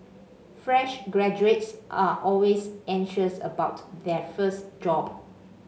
fresh graduates are always anxious about their first job